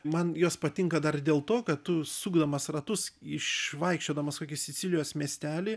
man jos patinka dar ir dėl to kad tu sukdamas ratus išvaikščiodamas kokį sicilijos miestelį